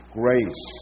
grace